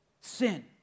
Sin